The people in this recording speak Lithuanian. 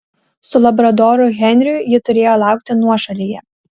su labradoru henriu ji turėjo laukti nuošalyje